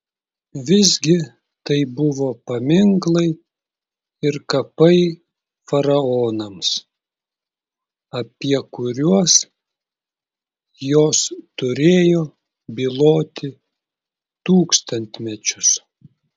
visgi tai buvo paminklai ir kapai faraonams apie kuriuos jos turėjo byloti tūkstantmečius